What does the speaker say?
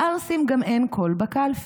לערסים גם אין קול בקלפי.